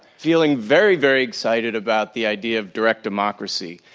feeling very, very excited about the idea of direct democracy.